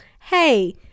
Hey